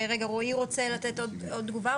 רועי, רוצה לתת עוד תגובה?